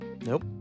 Nope